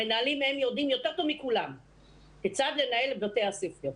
המנהלים יודעים יותר טוב מכולם כיצד לנהל את בתי הספר,